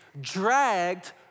dragged